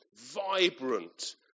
vibrant